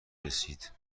رسید